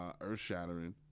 earth-shattering